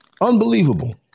Unbelievable